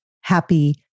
happy